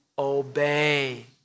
obey